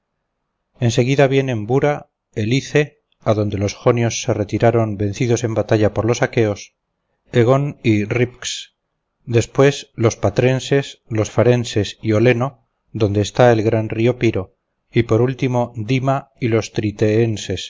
seguida vienen bura helice a donde los jonios se retiraron vencidos en batalla por los acheos egon y rypcs después los patrenses los farenses y oleno donde esta el gran río piro y por último dyma y los